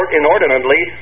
inordinately